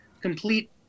complete